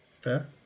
Fair